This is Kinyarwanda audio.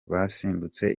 basimbutse